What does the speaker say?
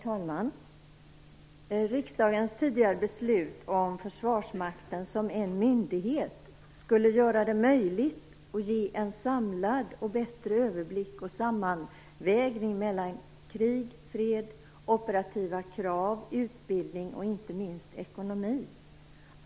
Herr talman! Riksdagens tidigare beslut om Försvarsmakten som en myndighet skulle göra det möjligt att ge en samlad och bättre överblick och sammanvägning mellan krig, fred, operativa krav, utbildning och inte minst ekonomi.